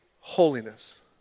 holiness